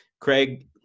Craig